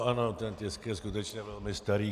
Ano, ten tisk je skutečně velmi starý.